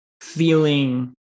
feeling